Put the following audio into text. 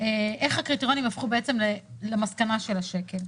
איך הקריטריונים הפכו בעצם למסקנה של השקל.